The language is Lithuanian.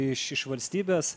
iš iš valstybės